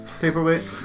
Paperweight